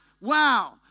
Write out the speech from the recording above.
Wow